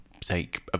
take